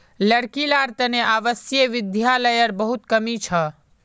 लड़की लार तने आवासीय विद्यालयर बहुत कमी छ